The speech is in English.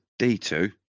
D2